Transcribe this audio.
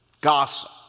gossip